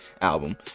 album